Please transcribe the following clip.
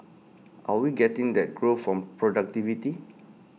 are we getting that growth from productivity